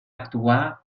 actuar